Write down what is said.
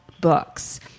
books